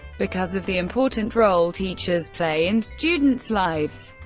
because of the important role teachers play in students' lives.